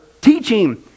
teaching